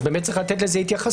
באמת צריך לזה התייחסות.